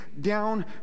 down